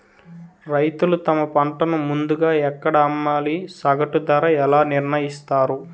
రైతులు తమ పంటను ముందుగా ఎక్కడ అమ్మాలి? సగటు ధర ఎలా నిర్ణయిస్తారు?